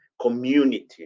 community